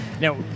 Now